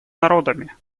народами